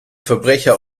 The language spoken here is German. verbrecher